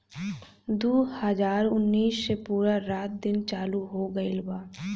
दु हाजार उन्नीस से पूरा रात दिन चालू हो गइल बा